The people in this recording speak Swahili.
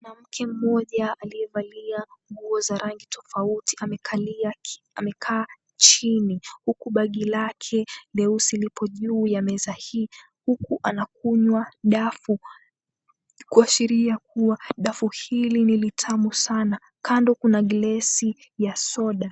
Mwanamke mmoja aliyevalia nguo za rangi tofauti amekaa chini huku bagi lake leusi lipo juu ya meza hii huku anakunywa dafu kuashiria kuwa dafu hili ni litamu sana kando kuna glesi ya soda.